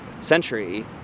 century